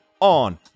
on